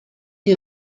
die